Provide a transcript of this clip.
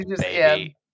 baby